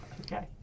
Okay